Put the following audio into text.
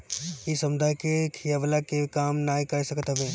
इ समुदाय के खियवला के भी काम नाइ कर सकत हवे